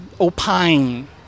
opine